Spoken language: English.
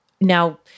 Now